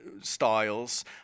styles